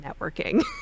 networking